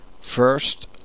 first